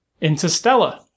Interstellar